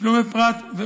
ותשלומי פרט.